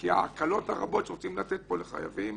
כי ההקלות הרבות שרוצים לתת פה לחייבים